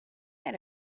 had